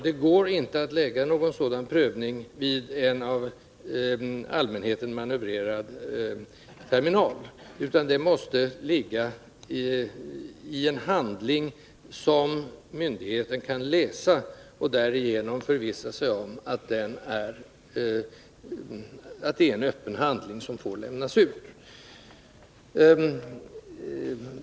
Det går ju inte att förlägga någon sådan prövning till en av allmänheten manövrerad terminal, utan prövningen måste ske genom en handling som myndigheten kan läsa och därigenom förvissa sig om att det är en öppen handling som får lämnas ut.